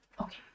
Okay